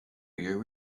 your